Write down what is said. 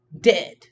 Dead